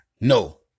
No